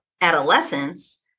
adolescence